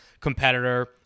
competitor